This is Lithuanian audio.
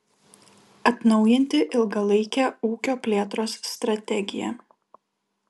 atnaujinti ilgalaikę ūkio plėtros strategiją